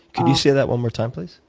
can you say that one more time, please?